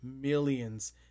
millions